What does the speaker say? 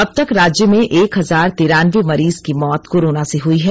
अब तक राज्य में एक हजार तिरानबे मरीज की मौत कोरोना से हुई हैं